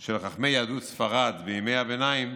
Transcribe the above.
של חכמי יהדות ספרד בימי הביניים